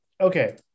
okay